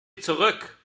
zurück